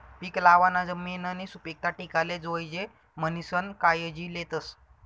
पीक लावाना जमिननी सुपीकता टिकाले जोयजे म्हणीसन कायजी लेतस